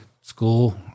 School